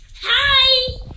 hi